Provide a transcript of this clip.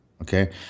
Okay